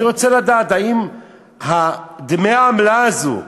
אני רוצה לדעת, האם דמי העמלה האלה הם